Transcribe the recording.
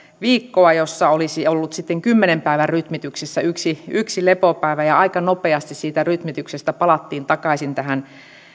viikkoa jossa olisi ollut sitten kymmenen päivän rytmityksessä yksi yksi lepopäivä ja ja aika nopeasti siitä rytmityksestä palattiin takaisin tähän